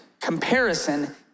Comparison